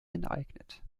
enteignet